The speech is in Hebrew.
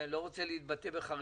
אני לא רוצה להתבטא בחריפות,